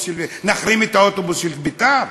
מה, נחרים את האוטובוס של "בית"ר"?